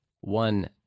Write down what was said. one